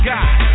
God